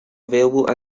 available